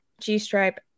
G-stripe